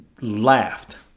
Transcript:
laughed